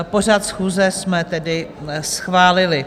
Pořad schůze jsme tedy schválili.